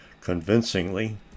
convincingly